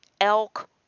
elk